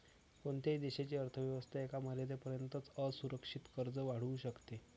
कोणत्याही देशाची अर्थ व्यवस्था एका मर्यादेपर्यंतच असुरक्षित कर्ज वाढवू शकते